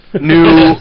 New